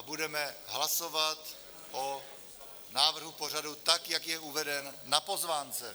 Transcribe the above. Budeme hlasovat o návrhu pořadu, jak je uveden na pozvánce.